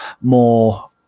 more